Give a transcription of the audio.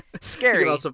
Scary